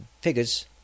figures